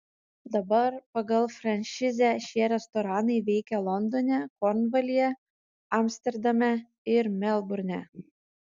dabar pagal franšizę šie restoranai veikia londone kornvalyje amsterdame ir melburne